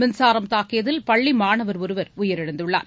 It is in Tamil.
மின்சாரம் தாக்கியதில் பள்ளி மாணவர் ஒருவர் உயிரிழந்துள்ளார்